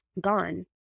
gone